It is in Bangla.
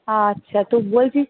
আচ্ছা তো বলছি